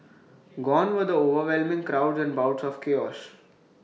gone were the overwhelming crowds and bouts of chaos